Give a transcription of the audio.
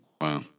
Wow